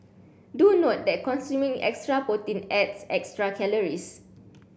do note that consuming extra protein adds extra calories